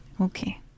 Okay